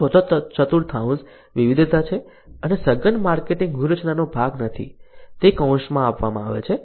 ચોથો ચતુર્થાંશ વિવિધતા છે અને સઘન માર્કેટિંગ વ્યૂહરચનાનો ભાગ નથી અને તે કૌંસમાં આપવામાં આવે છે